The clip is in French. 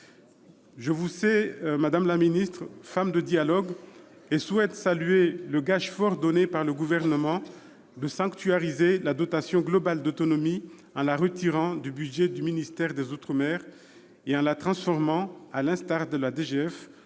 je vous sais femme de dialogue ; et je souhaite saluer le gage fort donné par le Gouvernement de sanctuariser la dotation globale d'autonomie en la retirant du budget du ministère des outre-mer et en la transformant, à l'instar de la